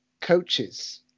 coaches